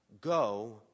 Go